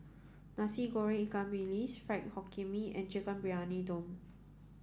Nasi Goreng Ikan Bilis Fried Hokkien Mee and Chicken Briyani Dum